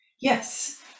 Yes